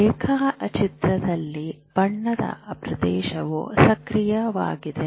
ರೇಖಾಚಿತ್ರದಲ್ಲಿ ಬಣ್ಣದ ಪ್ರದೇಶವು ಸಕ್ರಿಯವಾಗಿದೆ